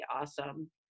awesome